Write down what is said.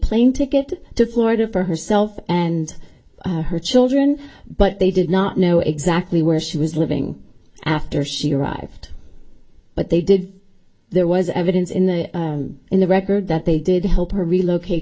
plane ticket to florida for herself and her children but they did not know exactly where she was living after she arrived but they did there was evidence in the in the record that they did help her relocate